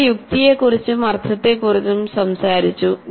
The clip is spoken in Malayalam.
നമ്മൾ യുക്തിയെക്കുറിച്ചും അർത്ഥത്തെക്കുറിച്ചും സംസാരിച്ചു